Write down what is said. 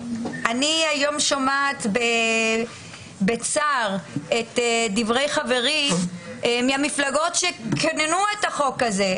אני שומעת היום בצער את דברי חבריי מהמפלגות שכוננו את החוק הזה.